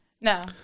No